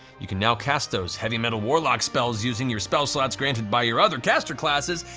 you can now cast those heavy metal warlock spells using your spell slots granted by your other caster classes,